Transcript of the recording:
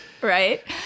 right